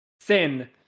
Thin